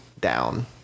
down